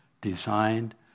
designed